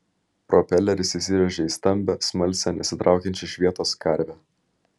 propeleris įsirėžė į stambią smalsią nesitraukiančią iš vietos karvę